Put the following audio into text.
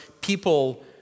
people